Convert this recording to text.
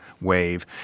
wave